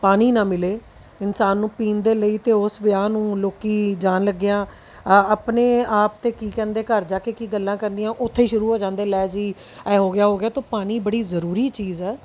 ਪਾਣੀ ਨਾ ਮਿਲੇ ਇਨਸਾਨ ਨੂੰ ਪੀਣ ਦੇ ਲਈ ਤੇ ਉਸ ਵਿਆਹ ਨੂੰ ਲੋਕ ਜਾਣ ਲੱਗਿਆਂ ਆਪਣੇ ਆਪ ਤੇ ਕੀ ਕਹਿੰਦੇ ਘਰ ਜਾ ਕੇ ਕੀ ਗੱਲਾਂ ਕਰਨੀਆਂ ਉੱਥੇ ਹੀ ਸ਼ੁਰੂ ਹੋ ਜਾਂਦੇ ਲੈ ਜੀ ਇਹ ਹੋ ਗਿਆ ਉਹ ਹੋ ਗਿਆ ਤੋ ਪਾਣੀ ਬੜੀ ਜਰੂਰੀ ਚੀਜ਼ ਹੈ